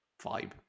vibe